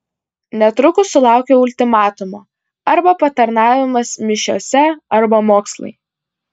netrukus sulaukiau ultimatumo arba patarnavimas mišiose arba mokslai